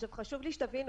חשוב לי שתבינו,